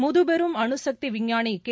முதுபெரும் அணுசக்திவிஞ்ஞானிகே